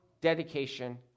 dedication